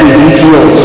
Ezekiel